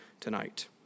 tonight